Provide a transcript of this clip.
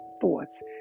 thoughts